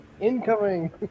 incoming